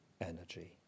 energy